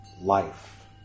life